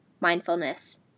mindfulness